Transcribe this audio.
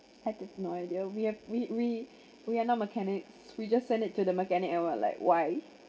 I have no idea we are we we we are not mechanic we just send it to the mechanic and what like why